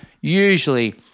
Usually